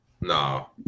no